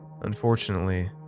Unfortunately